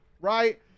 right